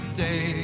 day